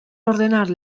ordenar